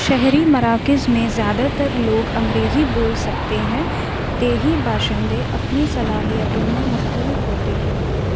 شہری مراکز میں زیادہ تر لوگ انگریزی بول سکتے ہیں دیہی باشندے اپنی صلاحیتوں میں مختلف ہوتے ہیں